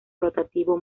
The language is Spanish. rotativo